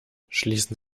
schließen